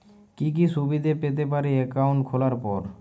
কি কি সুবিধে পেতে পারি একাউন্ট খোলার পর?